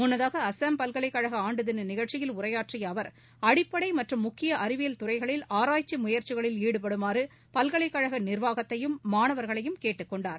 முன்னதாக அஸ்ஸாம் பல்கலைக் கழக ஆண்டு தின நிகழ்ச்சியில் உரையாற்றிய அவர் அடிப்படை மற்றும் முக்கிய அறிவியல் துறைகளில் ஆராய்ச்சி முயற்சிகளில் ஈடுபடுமாறு பல்கலைக் கழக நிர்வாகத்தையும் மாணவர்களையும் கேட்டுக் கொண்டார்